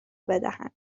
بدهند